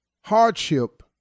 hardship